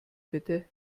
bitte